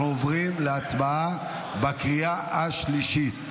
אנחנו עוברים להצבעה בקריאה השלישית,